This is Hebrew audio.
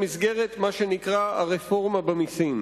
במסגרת מה שנקרא הרפורמה במסים.